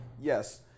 Yes